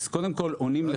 אז קודם כל עונים לך,